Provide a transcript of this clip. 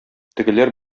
тегеләр